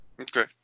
Okay